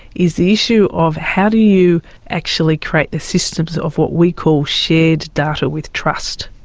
is the issue of how do you actually create the systems of what we call shared data with trust.